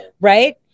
right